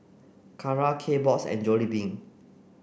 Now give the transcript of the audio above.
Kara Kbox and Jollibee